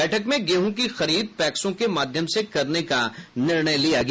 बैठक में गेहूं की खरीद पैक्सों के माध्यम से करने का निर्णय लिया गया